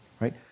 Right